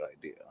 idea